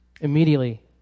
Immediately